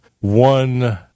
one